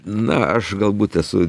na aš galbūt esu